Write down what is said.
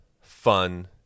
fun